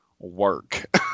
work